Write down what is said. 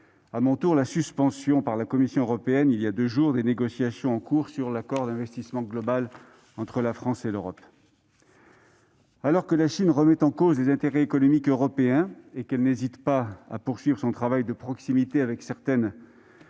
à mon tour la suspension par la Commission européenne, voilà deux jours, des négociations en cours sur l'accord d'investissement global entre l'Union européenne et la Chine. Alors que la Chine remet en cause les intérêts économiques européens et qu'elle n'hésite pas à poursuivre son travail de proximité avec certains pays